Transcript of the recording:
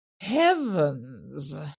Heavens